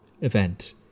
event